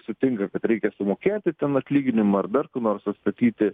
sutinka kad reikia sumokėti ten atlyginimą ar dar kur nors atstatyti